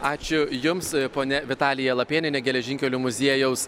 ačiū jums ponia vitalija lapėnienė geležinkelių muziejaus